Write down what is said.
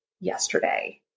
yesterday